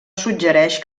suggereix